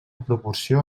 proporció